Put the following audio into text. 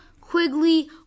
Quigley